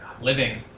Living